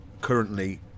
currently